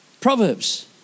Proverbs